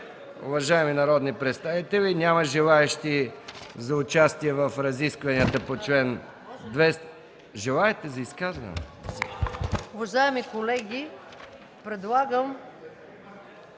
Уважаеми народни представители, няма желаещи за участие в разискванията по чл. 259. Желаете изказване?